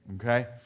okay